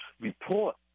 report